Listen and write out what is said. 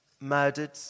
murdered